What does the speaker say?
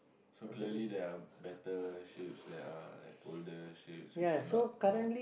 so clearly there are better shifts that are older shifts which are not more